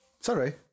Sorry